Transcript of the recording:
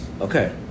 okay